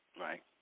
right